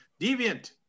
Deviant